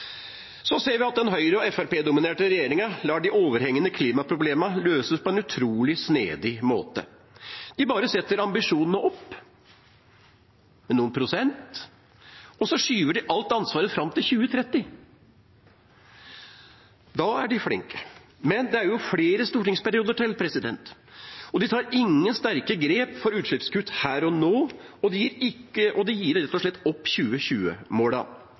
så skyver de alt ansvaret fram til 2030. Da er de flinke. Men det er jo flere stortingsperioder til. De tar ingen sterke grep for utslippskutt her og nå, og de gir rett og slett opp